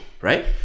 right